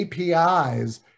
APIs